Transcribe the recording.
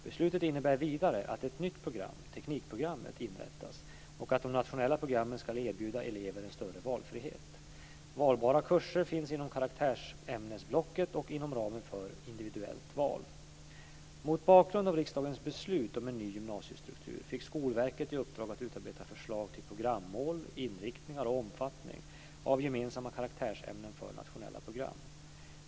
Beslutet innebär vidare att ett nytt program, teknikprogrammet, inrättas och att de nationella programmen ska erbjuda eleverna en större valfrihet. Valbara kurser finns inom karaktärsämnesblocket och inom ramen för individuellt val. Mot bakgrund av riksdagens beslut om en ny gymnasiestruktur fick Skolverket i uppdrag att utarbeta förslag till programmål, inriktningar och omfattning av gemensamma karaktärsämnen för nationella program.